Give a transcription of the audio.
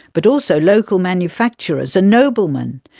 but also local manufacturers and noblemen,